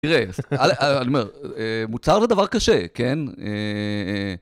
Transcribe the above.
תראה, אני אומר, מוצר זה דבר קשה, כן?